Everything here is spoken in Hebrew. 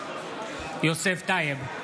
יוסף טייב,